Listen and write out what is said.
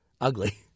ugly